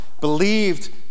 believed